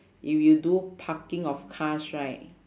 if you do parking of cars right